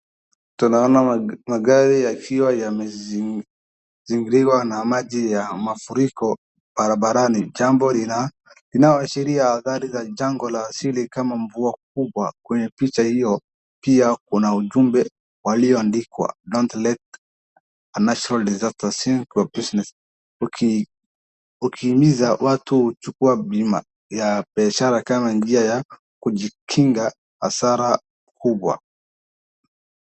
Tunaona magari yakiwa yamezingirwa na maji ya mafuriko barabarani, jambo linalo ashiria adhari ya jangwa la asili kama mvua kubwa, kwenye picha hiyo pia kuna ujumbe iliyoandikwa Don't let a natural disaster sink your business ukihimiza watu kuchukua bima ya biashara kama njia ya kujikinga hasara kubwa.